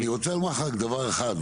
אני רוצה לומר לך רק דבר אחד,